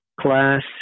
class